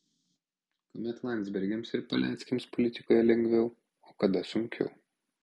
kuomet landsbergiams ir paleckiams politikoje lengviau o kada sunkiau